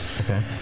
Okay